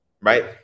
right